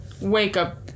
wake-up